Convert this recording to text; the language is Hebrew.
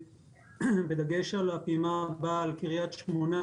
בדגש על הפעימה הבאה בקריית שמונה,